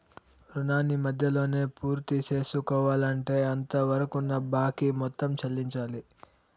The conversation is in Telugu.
రుణాన్ని మధ్యలోనే పూర్తిసేసుకోవాలంటే అంతవరకున్న బాకీ మొత్తం చెల్లించాలి